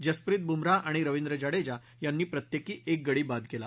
जसप्रीत बुमराह आणि रवींद्र जडेजा यांनी प्रत्येकी एक गडी बाद केला